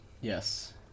Yes